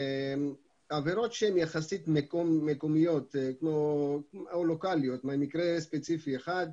עבירות שהן יחסית מקומיות או לוקליות במקרה ספציפי אחד,